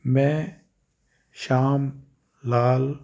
ਮੈਂ ਸ਼ਾਮ ਲਾਲ